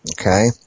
Okay